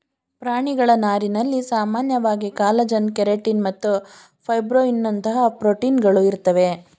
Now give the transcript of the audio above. ಪ್ರಾಣಿಗಳ ನಾರಿನಲ್ಲಿ ಸಾಮಾನ್ಯವಾಗಿ ಕಾಲಜನ್ ಕೆರಟಿನ್ ಮತ್ತು ಫೈಬ್ರೋಯಿನ್ನಂತಹ ಪ್ರೋಟೀನ್ಗಳು ಇರ್ತವೆ